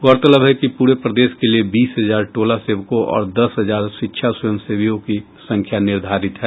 गौरतलब है कि पूरे प्रदेश के लिये बीस हजार टोला सेवकों और दस हजार शिक्षा स्वयं सेवियों की संख्या निर्धारित है